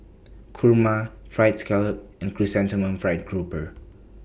Kurma Fried Scallop and Chrysanthemum Fried Grouper